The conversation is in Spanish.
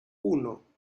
uno